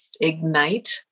Ignite